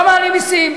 לא מעלים מסים.